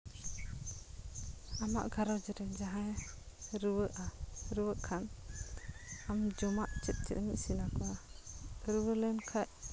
ᱟᱢᱟᱜ ᱜᱷᱟᱨᱚᱸᱡᱽ ᱨᱮᱱ ᱡᱟᱦᱟᱸᱭ ᱨᱩᱣᱟᱹᱜᱼᱟ ᱨᱩᱣᱟᱹᱜ ᱠᱷᱟᱱ ᱟᱢ ᱡᱚᱢᱟᱜ ᱪᱮᱫ ᱪᱮᱫ ᱮᱢ ᱤᱥᱤᱱ ᱟᱠᱚᱣᱟ ᱨᱩᱣᱟᱹ ᱞᱮᱱ ᱠᱷᱟᱡ